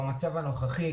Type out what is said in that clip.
במצב הנוכחי,